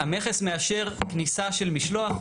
המכס מאשר כניסה של משלוח,